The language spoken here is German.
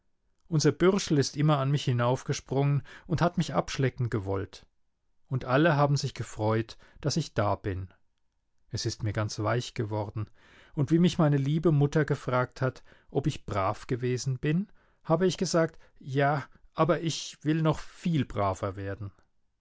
unser bürschel ist immer an mich hinaufgesprungen und hat mich abschlecken gewollt und alle haben sich gefreut daß ich da bin es ist mir ganz weich geworden und wie mich meine liebe mutter gefragt hat ob ich brav gewesen bin habe ich gesagt ja aber ich will noch viel braver werden